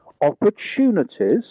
opportunities